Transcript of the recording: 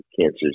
cancers